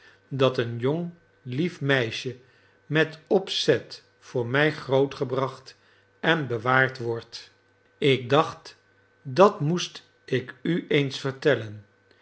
dat een jong lief meisje met opzet voor mij grootgebracht en bewaard wordt ik dacht dat moest ik u eens vertellen